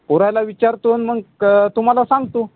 पोराला विचारतो मग क तुम्हाला सांगतो